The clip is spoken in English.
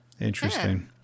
Interesting